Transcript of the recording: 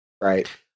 Right